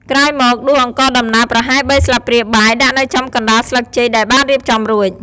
ក្រោយមកដួសអង្ករដំណើបប្រហែលបីស្លាបព្រាបាយដាក់នៅចំកណ្តាលស្លឹកចេកដែលបានរៀបចំរួច។